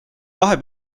kahe